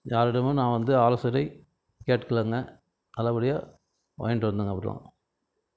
யாரிடமும் நான் வந்து ஆலோசனை கேட்டுக்குலேங்க நல்லபடியாக வாங்கிட்டு வந்தேங்க அப்பறம்